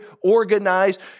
organized